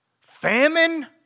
famine